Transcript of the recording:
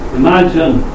imagine